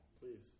Please